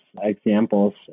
examples